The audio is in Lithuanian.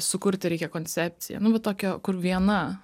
sukurti reikia koncepciją nu va tokią kur viena